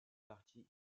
partis